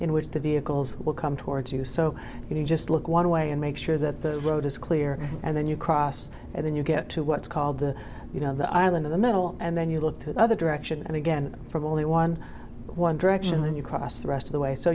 in which the vehicles will come towards you so you can just look one way and make sure that the road is clear and then you cross and then you get to what's called the you know the island in the middle and then you look through the other direction and again from only one one direction then you cross the rest of the way so